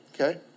Okay